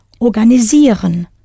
organisieren